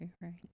right